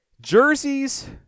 jerseys